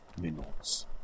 minutes